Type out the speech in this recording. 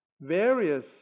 various